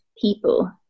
people